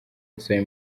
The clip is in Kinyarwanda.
gusaba